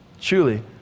truly